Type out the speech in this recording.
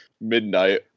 midnight